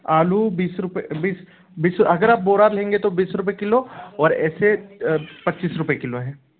आलू बीस रुपय बीस अगर आप बोरा लेंगे तो बीस रुपए किलो और ऐसे पच्चीस रुपय किलो है